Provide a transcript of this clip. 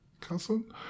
cousin